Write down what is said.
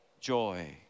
Joy